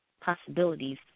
Possibilities